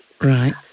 Right